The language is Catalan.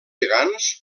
gegants